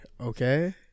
okay